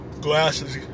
glasses